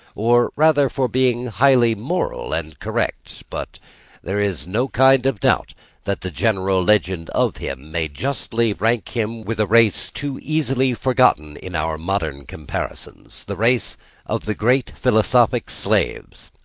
or rather for being highly moral and correct. but there is no kind of doubt that the general legend of him may justly rank him with a race too easily forgotten in our modern comparisons the race of the great philosophic slaves.